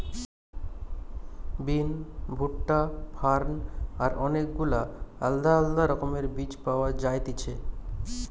বিন, ভুট্টা, ফার্ন আর অনেক গুলা আলদা আলদা রকমের বীজ পাওয়া যায়তিছে